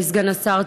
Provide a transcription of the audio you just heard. סגן השר,